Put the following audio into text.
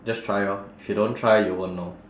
just try lor if you don't try you won't know